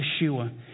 Yeshua